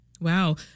Wow